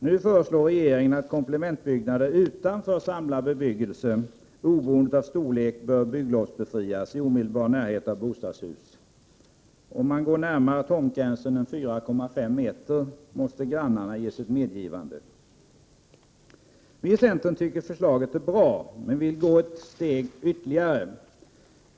Nu föreslår regeringen att komplementbyggnader utanför samlad bebyggelse oberoende av storlek bör bygglovsbefrias i omedelbar närhet av bostadshus. Om man går närmare tomtgränsen än 4,5 m måste grannarna ge sitt medgivande. Vi i centern tycker att förslaget är bra. Men vi vill gå ett steg ytterligare.